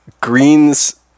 Green's